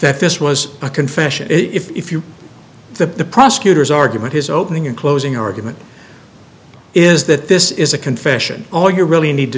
that this was a confession if you the prosecutors argument his opening and closing argument is that this is a confession all you really need to